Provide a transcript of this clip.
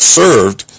served